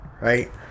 Right